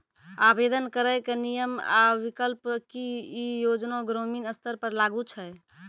आवेदन करैक नियम आ विकल्प? की ई योजना ग्रामीण स्तर पर लागू छै?